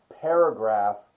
paragraph